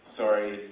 sorry